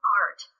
art